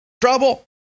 trouble